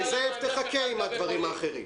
זאב גולדבלט, תחכה עם הדברים האחרים.